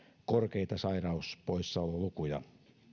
korkeita sairauspoissaololukuja